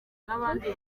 n’abandi